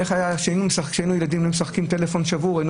כשהיינו ילדים שיחקנו טלפון שבור והיינו